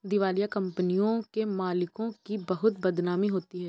दिवालिया कंपनियों के मालिकों की बहुत बदनामी होती है